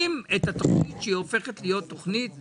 את התוכנית שהיא הופכת להיות תוכנית קבועה.